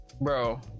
Bro